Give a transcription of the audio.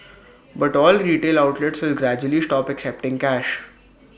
but all retail outlets will gradually stop accepting cash